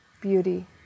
Beauty